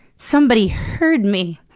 somebody heard me.